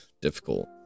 difficult